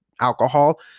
alcohol